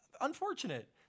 unfortunate